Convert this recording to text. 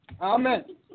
Amen